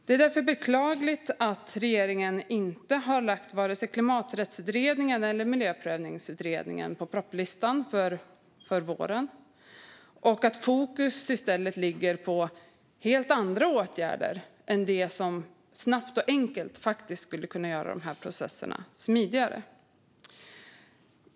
Det är därför beklagligt att varken Klimaträttsutredningens eller Miljöprövningsutredningens förslag finns med i regeringens propositionslista för våren och att fokus i stället ligger på helt andra åtgärder än dem som snabbt och enkelt skulle kunna göra dessa processer smidigare.